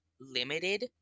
Limited